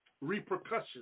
repercussions